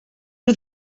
nhw